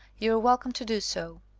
you are welcome to do so.